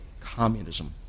communism